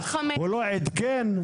הוא לא עדכן.